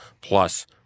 plus